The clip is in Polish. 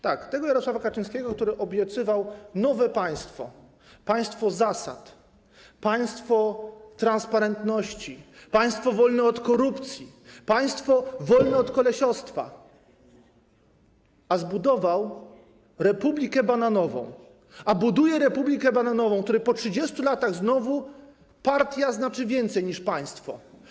Tak, tego Jarosława Kaczyńskiego, który obiecywał nowe państwo, państwo zasad, państwo transparentności, państwo wolne od korupcji, państwo wolne od kolesiostwa, a zbudował republikę bananową, buduje republikę bananową, w której po 30 latach znowu partia znaczy więcej niż państwo.